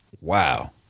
wow